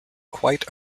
quite